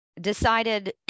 decided